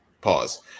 Pause